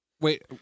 Wait